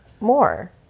more